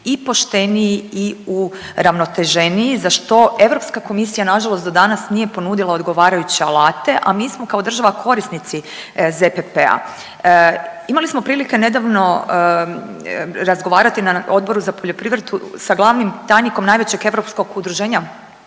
i pošteniji i uravnoteženiji za što EU komisija nažalost do danas nije ponudila odgovarajuće alate, a mi smo kao država korisnici ZPP-a. Imali smo prilike nedavno razgovarati na Odboru za poljoprivredu sa glavnim tajnikom najvećeg europskog udruženja